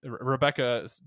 rebecca